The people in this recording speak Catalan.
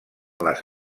les